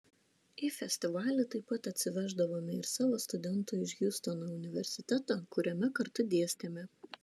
į festivalį taip pat atsiveždavome ir savo studentų iš hjustono universiteto kuriame kartu dėstėme